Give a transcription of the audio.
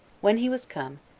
when he was come,